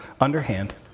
Underhand